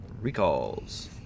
recalls